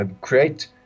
create